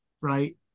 right